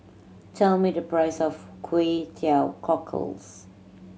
tell me the price of Kway Teow Cockles